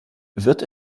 wird